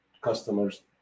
customers